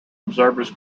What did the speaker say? observers